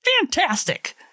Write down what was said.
fantastic